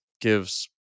gives